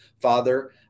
Father